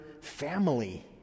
family